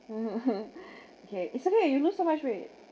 okay actually yeah you lose so much weight